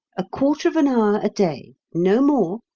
a quarter of an hour a day! no more!